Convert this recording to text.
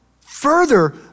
further